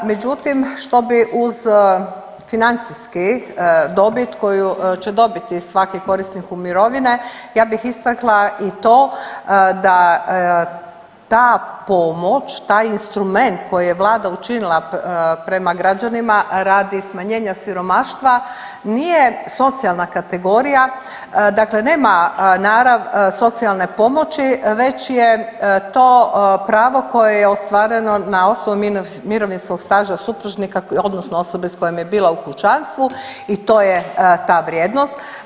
Međutim, što bi uz financijska dobit koju će dobiti svaki korisniku mirovine, ja bih istakla i to da ta pomoć, taj instrument koji je Vlada učinila prema građanima radi smanjenja siromaštva nije socijalna kategorija, dakle nema narav socijalne pomoći već je to pravo koje je ostvareno na osnovu mirovinskog staža supružnika odnosno osobe s kojom je bila u kućanstvu i to je ta vrijednost.